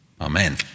Amen